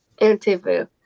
interview